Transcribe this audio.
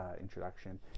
introduction